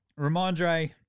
Ramondre